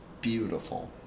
beautiful